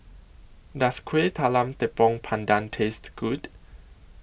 Does Kuih Talam Tepong Pandan Taste Good